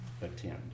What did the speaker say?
attend